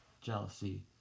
jealousy